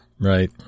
Right